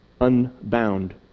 unbound